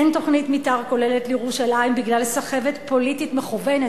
אין תוכנית מיתאר כוללת לירושלים בגלל סחבת פוליטית מכוונת.